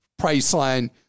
Priceline